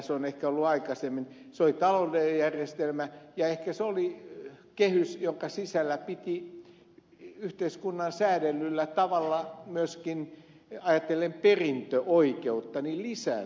se oli taloudellinen järjestelmä ja ehkä se oli kehys jonka sisällä piti yhteiskunnan säätelemällä tavalla myöskin ajatellen perintöoikeutta lisääntyä